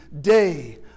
day